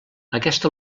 aquesta